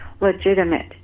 legitimate